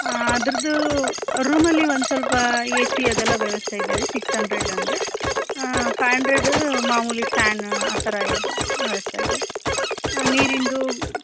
ಹಾಂ ಅದರದ್ದು ರೂಮಲ್ಲಿ ಒಂದು ಸ್ವಲ್ಪ ಏ ಸಿ ಅದೆಲ್ಲಾ ವ್ಯವಸ್ಥೆ ಇದೆ ರೀ ಸಿಕ್ಸ್ ಹಂಡ್ರೆಡ್ ಅಂದರೆ ಫೈ ಹಂಡ್ರೆಡ್ ಮಾಮೂಲಿ ಫ್ಯಾನ್ ಆ ಥರ ವ್ಯವಸ್ಥೆ ಇದೆ ನೀರಿಂದು